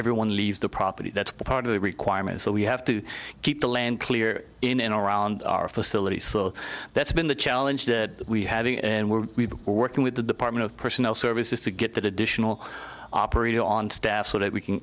everyone leaves the property that's part of the requirement so we have to keep the land clear in and around our facility so that's been the challenge that we have and we're working with the department of personnel services to get that additional operate on staff so that we can